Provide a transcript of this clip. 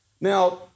Now